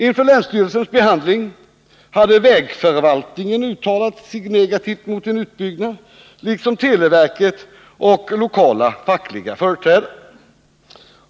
Inför länsstyrelsens behandling hade vägförvaltningen uttalat sig negativt mot en utbyggnad liksom televerket och de fackliga företrädarna.